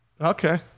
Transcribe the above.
Okay